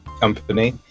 company